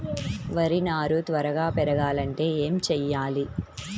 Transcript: వరి నారు త్వరగా పెరగాలంటే ఏమి చెయ్యాలి?